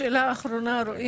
אנחנו מבינים שיש